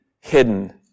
hidden